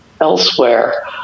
elsewhere